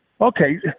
Okay